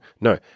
No